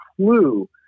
clue